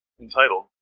entitled